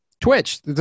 twitch